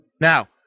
Now